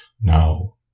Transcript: Now